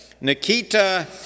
Nikita